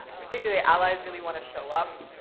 particularly allies, really wanna show up.